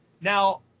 Now